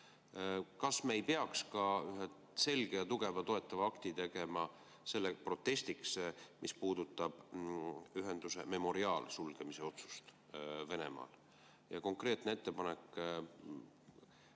Kas me ei peaks selge ja tugeva toetava akti tegema ka selle protestiks, mis puudutab ühenduse Memorial sulgemise otsust Venemaal? Konkreetne ettepanek